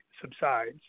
subsides